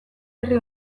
herri